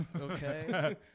Okay